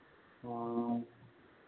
हाँ